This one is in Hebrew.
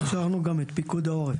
הכשרנו גם את פיקוד העורף,